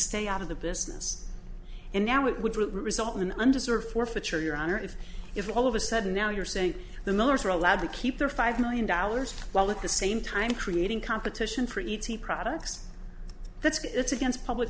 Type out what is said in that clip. stay out of the business and now it would result in an undeserved forfeiture your honor if if all of a sudden now you're saying the millers are allowed to keep their five million dollars while at the same time creating competition for e t products that's it's against public